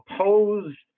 opposed